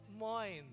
mind